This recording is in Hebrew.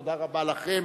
תודה רבה לכן,